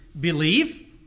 believe